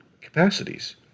capacities